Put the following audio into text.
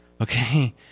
Okay